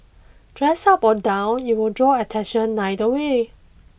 dressed up or down it will draw attention neither way